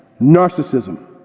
Narcissism